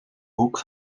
hoek